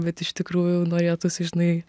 bet iš tikrųjų norėtųsi žinai